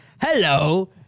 Hello